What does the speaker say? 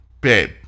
babe